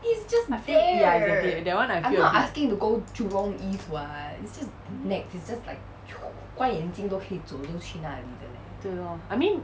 I feel ya a bit that one I feel a bit 对 lor I mean